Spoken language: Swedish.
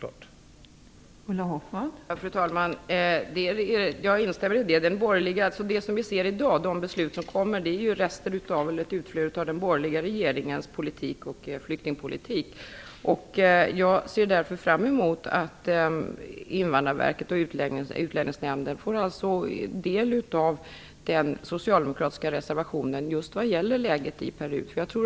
Det är själklart.